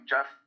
Jeff